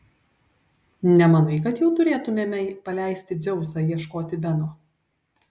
nemanai kad jau turėtumėme paleisti dzeusą ieškoti beno